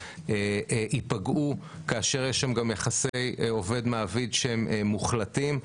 יפגעו כאשר יש שם גם יחסי עובד מעביד שהם מוחלטים.